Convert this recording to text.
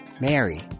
Mary